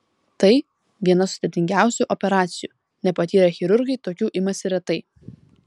tai viena sudėtingiausių operacijų nepatyrę chirurgai tokių imasi retai